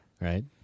right